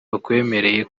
bakwemereye